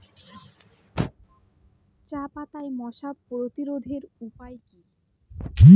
চাপাতায় মশা প্রতিরোধের উপায় কি?